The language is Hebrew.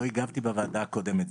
לא הגבתי בוועדה הקודמת,